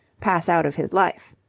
pass out of his life.